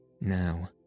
Now